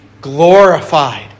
glorified